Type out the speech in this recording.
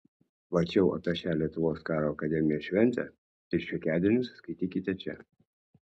plačiau apie šią lietuvos karo akademijos šventę ir šiokiadienius skaitykite čia